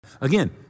Again